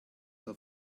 are